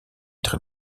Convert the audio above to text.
très